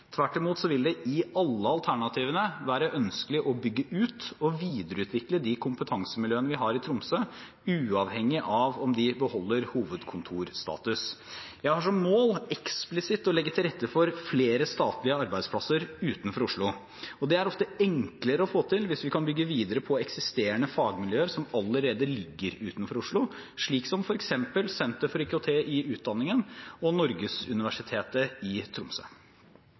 Tvert imot vil det i alle alternativene være ønskelig å bygge ut og videreutvikle de kompetansemiljøene vi har i Tromsø, uavhengig av om de beholder hovedkontorstatus eller ikke. Jeg har som mål eksplisitt å legge til rette for flere statlige arbeidsplasser utenfor Oslo. Det er ofte enklere å få til hvis vi kan bygge videre på eksisterende fagmiljøer som allerede ligger utenfor Oslo, slik som f.eks. Senter for IKT i utdanningen og Norgesuniversitetet i Tromsø.